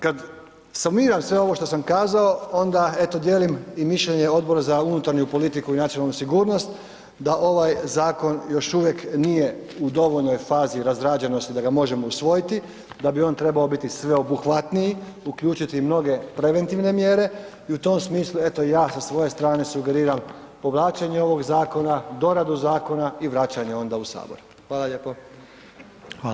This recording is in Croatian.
Kad sumiram sve ovo što sam kazao, onda eto dijelim i mišljenje Odbora za unutarnju politiku i nacionalnu sigurnost da ovaj zakon još uvijek nije u dovoljnoj fazi razrađenosti da ga možemo usvojiti, da bi on trebao biti sveobuhvatniji, uključiti mnoge preventivne mjere i u tom smislu eto ja sa svoje strane sugeriram povlačenje ovog zakona, doradu zakona i vraćanje onda u Sabor.